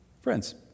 Friends